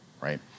right